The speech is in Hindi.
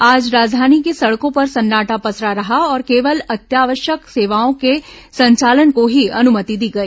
आज राजधानी की सड़कों पर सन्नाटा पसरा रहा और केवल अत्यावश्यक सेवाओं के संचालन को ही अनुमति दी गई